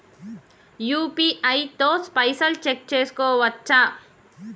UPI తో పైసల్ check చేసుకోవచ్చా?